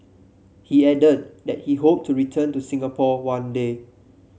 he added that he hoped to return to Singapore one day